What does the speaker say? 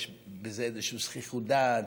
יש בזה איזושהי זחיחות דעת,